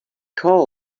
called